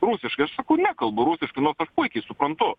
rusiškai aš nekalbu rusiškai puikiai suprantu